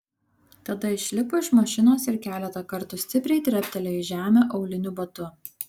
tada išlipo iš mašinos ir keletą kartų stipriai treptelėjo į žemę auliniu batu